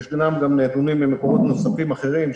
ישנם גם נתונים ממקורות נוספים אחרים,